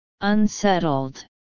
unsettled